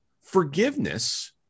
Forgiveness